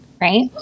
right